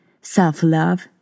self-love